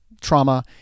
trauma